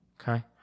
Okay